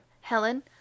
helen